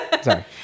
Sorry